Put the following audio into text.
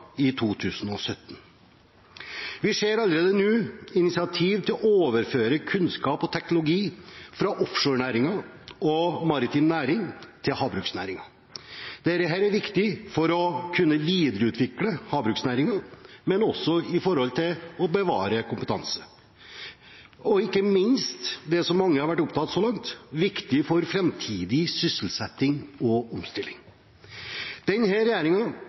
i 2017. Vi ser allerede nå initiativ til å overføre kunnskap og teknologi fra offshorenæringen og maritim næring til havbruksnæringen. Dette er viktig for å kunne videreutvikle havbruksnæringen, men også for å bevare kompetanse. Og ikke minst – som mange har vært opptatt av så langt – er det viktig for framtidig sysselsetting og omstilling.